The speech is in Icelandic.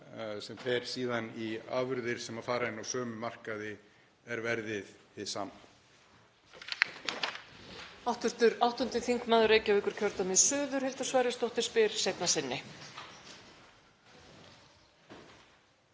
sem fer síðan í afurðir sem fara inn á sömu markaði, er verðið hið sama.